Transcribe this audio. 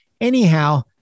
Anyhow